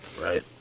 right